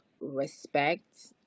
respect